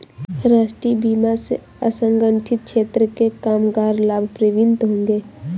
राष्ट्रीय बीमा से असंगठित क्षेत्र के कामगार लाभान्वित होंगे